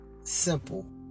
simple